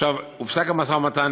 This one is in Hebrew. עכשיו, הופסק המשא-ומתן.